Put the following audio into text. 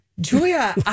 Julia